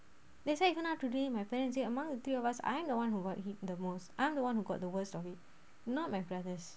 that's why even now today my parents say among the three of us I'm the one who got hit the most I'm the one who got the worst of it not my brothers